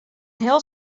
heel